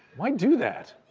why do that?